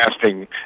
casting